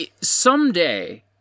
someday